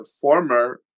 former